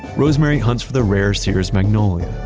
rosemary hunts for the rare sears magnolia,